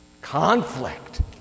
conflict